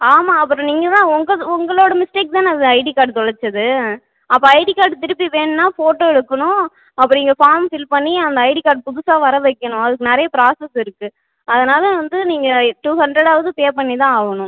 ஆமாம் அப்புறம் நீங்கள் தான் உங்கள் உங்களோட மிஸ்டேக் தானே அது ஐடி கார்ட் தொலைச்சது அப்போ ஐடி கார்டு திருப்பி வேணுன்னா ஃபோட்டோ எடுக்கணும் அப்போ நீங்கள் ஃபார்ம் ஃபில் பண்ணி அந்த ஐடி கார்ட் புதுசாக வர வைக்கணும் அதுக்கு நிறைய ப்ராசஸ் இருக்கு அதனால் வந்து நீங்கள் டூ ஹண்ட்ரடாவது பே பண்ணி தான் ஆகணும்